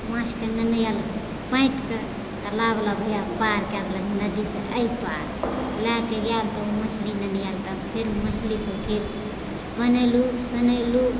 माछके नेने आयल बाँटिके तऽ नाववला भैया पार कय देलक नदीसँ एइ पार लैके जायत ओ मछली नेने आयल तऽ फेर मछलीके फेर बनेलहुँ सुनेलहुँ